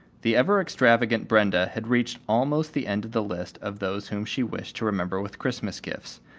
the ever extravagant brenda had reached almost the end of the list of those whom she wished to remember with christmas gifts,